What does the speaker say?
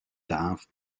darf